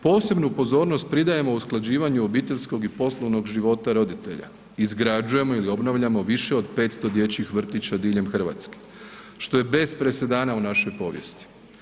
Posebnu pozornost pridajemo usklađivanju obiteljskog i poslovnog života roditelja, izgrađujemo ili obnavljamo više od 500 dječjih vrtića diljem RH, što je bez presedana u našoj povijesti.